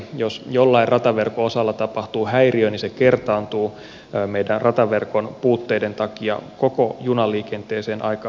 jos jollain rataverkon osalla tapahtuu häiriö niin se kertaantuu meidän rataverkon puutteiden takia koko junaliikenteeseen aika nopeasti